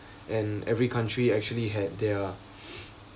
and every country actually had their